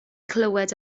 clywed